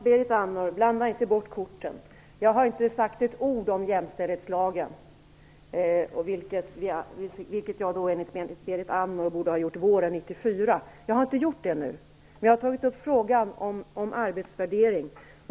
Herr talman! Blanda inte bort korten, Berit Andnor. Jag har inte sagt ett ord om jämställdhetslagen, vilket jag enligt Berit Andnor borde ha gjort våren 1994. Jag har inte gjort det nu, men jag har tagit upp frågan om arbetsvärdering.